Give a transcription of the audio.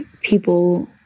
people